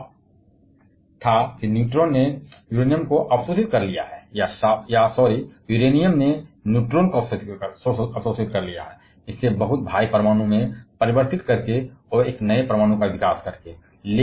उनका दावा था कि न्यूट्रॉन ने यूरेनियम को अवशोषित कर लिया है या सॉरी यूरेनियम ने न्यूट्रॉन को अवशोषित कर लिया है वहाँ इसे बहुत भारी परमाणु में परिवर्तित करके और एक नए परमाणु का विकास किया है